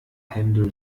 händel